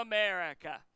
America